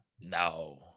No